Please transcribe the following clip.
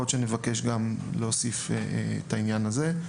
יכול להיות שנבקש להוסיף גם את העניין הזה.